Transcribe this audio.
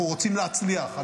אנחנו רוצים להצליח,